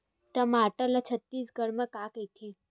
टमाटर ला छत्तीसगढ़ी मा का कइथे?